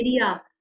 area